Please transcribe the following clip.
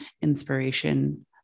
inspiration